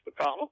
McConnell